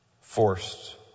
Forced